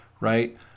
right